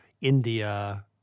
India